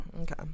Okay